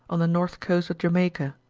on the north coast of jamaica.